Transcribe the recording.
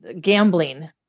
gambling